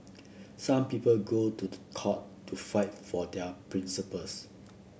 some people go to court to fight for their principles